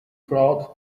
crowd